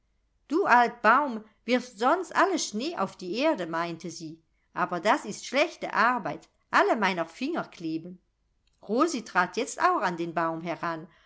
du alt baum wirfst sonst alles schnee auf die erde meinte sie aber das ist schlechte arbeit alle meiner finger kleben rosi trat jetzt auch an den baum heran